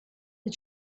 the